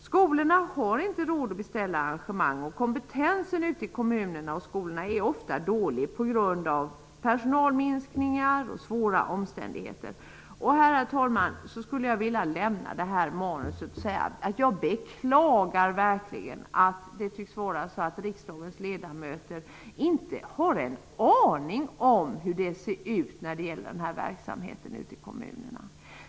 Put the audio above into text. Skolorna har inte råd att beställa arrangemang, och kompetensen ute i kommunerna och skolorna är ofta dålig på grund av personalminskningar och svåra omständigheter. Herr talman! Jag lämnar här mitt manus. Jag beklagar verkligen att det tycks vara så att riksdagens ledamöter inte har en aning om hur det ser ut när det gäller denna verksamhet i kommunerna.